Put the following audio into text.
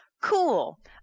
Cool